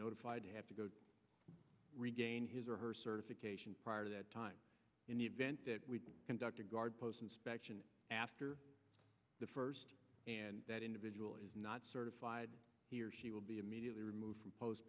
notified have to go to regain his or her certification prior to that time in the event that we conduct a guard post inspection after the first and that individual is not certified he or she will be immediately removed from post